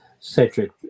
Cedric